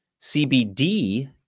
CBD